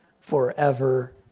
forever